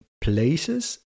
places